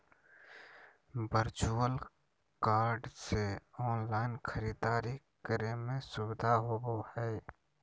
virtual card से online खरीदारी करे में सुबधा होबो हइ